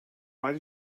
write